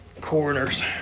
coroners